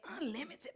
unlimited